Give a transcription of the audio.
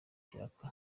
ikiraka